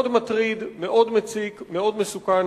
מאוד מטריד, מאוד מציק, מאוד מסוכן.